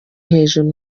hejuru